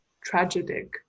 tragic